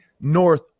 North